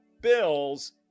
Bills